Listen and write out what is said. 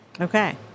Okay